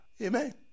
Amen